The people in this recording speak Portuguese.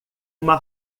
uma